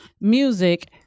music